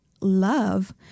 love